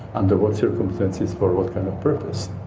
under what circumstances for what kind of purpose.